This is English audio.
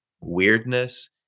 weirdness